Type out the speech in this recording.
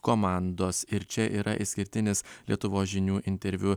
komandos ir čia yra išskirtinis lietuvos žinių interviu